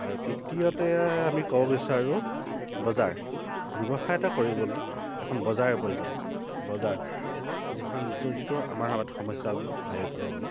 আৰু তৃতীয়তে আমি ক'ব বিচাৰোঁ বজাৰ ব্যৱসায় এটা কৰিবলৈ এখন বজাৰৰ প্ৰয়োজন বজাৰ যিখন জড়িত আমাৰ সময়ত সমস্যা বুলি ভাবিব পাৰোঁ আমি